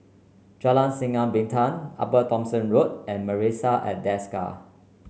Jalan Sinar Bintang Upper Thomson Road and Marrison at Desker